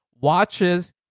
watches